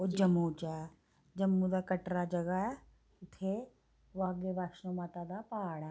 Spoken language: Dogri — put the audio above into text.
ओह् जम्मू च ऐ जम्मू दा कटरा जगह् ऐ उत्थें भाग्य वैष्णो माता दा प्हाड़ ऐ